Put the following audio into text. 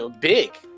big